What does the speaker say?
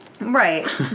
Right